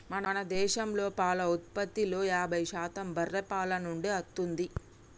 మన దేశంలో పాల ఉత్పత్తిలో యాభై శాతం బర్రే పాల నుండే అత్తుంది